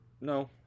No